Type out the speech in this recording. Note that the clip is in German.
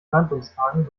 verhandlungstagen